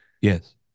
Yes